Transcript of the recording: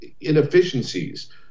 inefficiencies